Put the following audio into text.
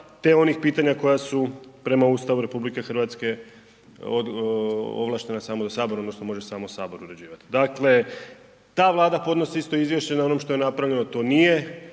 te onih pitanja koja su prema Ustavu RH ovlaštena da može samo Sabor uređivati. Dakle, ta Vlada podnosi isto izvješće na onom što je napravljeno, to nije